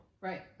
Right